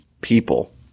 people